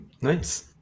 Nice